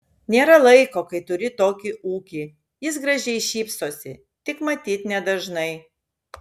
nėra laiko kai turi tokį ūkį jis gražiai šypsosi tik matyt nedažnai